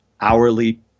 hourly